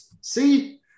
See